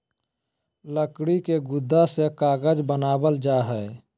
लकड़ी के गुदा से कागज बनावल जा हय